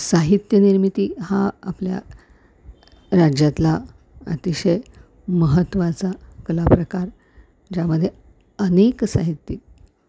साहित्य निर्मिती हा आपल्या राज्यातला अतिशय महत्त्वाचा कला प्रकार ज्यामध्ये अनेक साहित्यिक